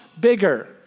bigger